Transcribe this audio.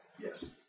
Yes